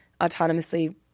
autonomously